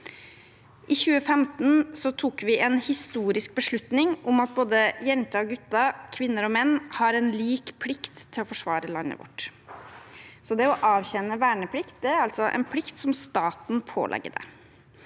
I 2015 tok vi en historisk beslutning om at både jenter og gutter, kvinner og menn har en lik plikt til å forsvare landet vårt. Det å avtjene verneplikt er altså en plikt som staten pålegger deg.